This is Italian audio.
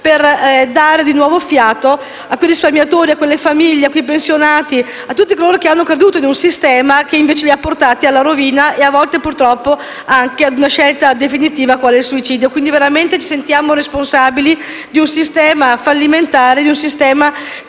per dare di nuovo fiato ai risparmiatori, alle famiglie, ai pensionati e a tutti coloro che hanno creduto ad un sistema che, invece, li ha portati alla rovina e, a volte, purtroppo, anche alla scelta definitiva del suicidio. Quindi davvero ci sentiamo responsabili per un sistema fallimentare, che